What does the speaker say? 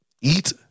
eat